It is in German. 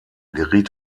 geriet